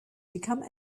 become